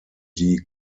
die